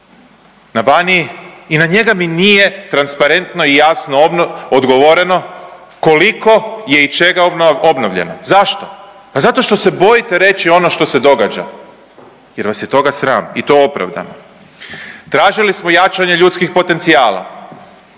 na Baniji i na njega mi nije transparentno i jasno odgovoreno koliko je i čega obnovljeno. Zašto? Pa zato što se bojite reći ono što se događa jer vas je toga sram i to opravdano. Tražili smo jačanje ljudskih potencijala,